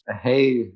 Hey